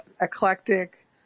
eclectic